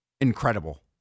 incredible